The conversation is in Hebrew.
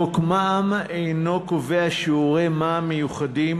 חוק מע"מ אינו קובע שיעורי מע"מ מיוחדים